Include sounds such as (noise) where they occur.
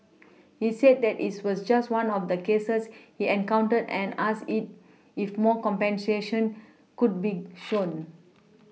(noise) he said that it was just one of the cases he encountered and asked it if more compassion could be shown